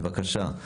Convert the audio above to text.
בבקשה,